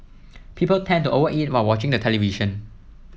people tend to over eat while watching the television